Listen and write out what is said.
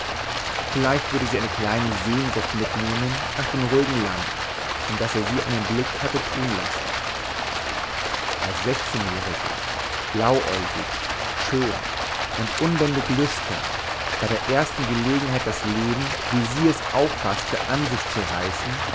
vielleicht würde sie eine kleine sehnsucht mitnehmen nach dem ruhigen land in das er sie einen blick hatte tun lassen als sechzehnjährige blauäugig schön und unbändig lüstern bei der ersten gelegenheit das leben wie sie es auffaßte an sich zu reißen